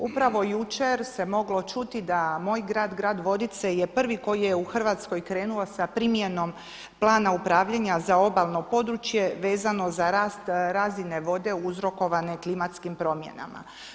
Upravo jučer se moglo čuti da moj grad, grad Vodice je prvi koji je u Hrvatskoj krenuo s primjenom Plana upravljanja za obalno područje vezano za rast razine vode uzrokovane klimatskim promjenama.